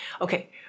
Okay